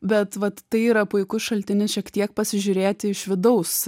bet vat tai yra puikus šaltinis šiek tiek pasižiūrėti iš vidaus